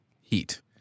heat